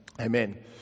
Amen